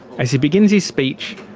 as he begins his speech,